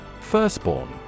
Firstborn